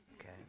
Okay